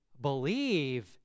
believe